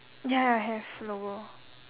ya have logo